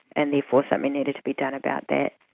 and therefore something needed to be done about that.